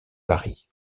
paris